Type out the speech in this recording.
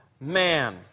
man